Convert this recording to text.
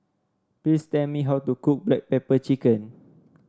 please tell me how to cook Black Pepper Chicken